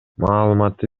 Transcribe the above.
маалыматты